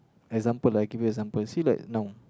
example like I give you example see like now